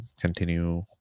continue